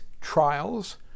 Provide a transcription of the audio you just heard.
trials